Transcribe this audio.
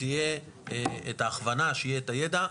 שתהיה את ההכוונה, שיהיה את הידע.